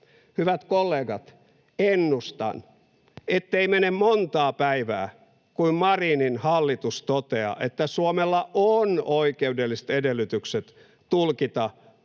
Hyvät kollegat, ennustan, ettei mene monta päivää, kun Marinin hallitus toteaa, että Suomella on oikeudelliset edellytykset tulkita sopimusta